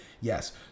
Yes